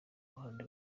ruhande